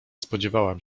spodziewałam